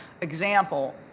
example